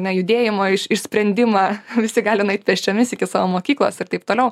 nejudėjimo išsprendimą visi gali nueit pėsčiomis iki savo mokyklos ir taip toliau